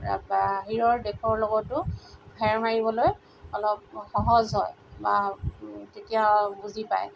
বাহিৰৰ দেশৰ লগতো ফেৰ মাৰিবলৈ অলপ সহজ হয় বা তেতিয়া বুজি পায়